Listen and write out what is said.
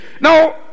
Now